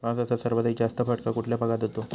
पावसाचा सर्वाधिक जास्त फटका कुठल्या भागात होतो?